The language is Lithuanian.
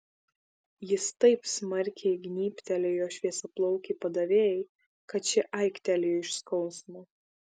jis taip smarkiai gnybtelėjo šviesiaplaukei padavėjai kad ši aiktelėjo iš skausmo